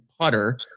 putter